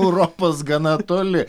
europos gana toli